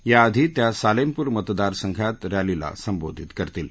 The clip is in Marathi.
या आधी त्या सालेमपूर मतदारसंघात रॅलीला संबोधित करतील